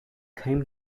came